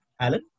Alan